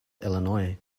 illinois